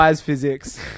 physics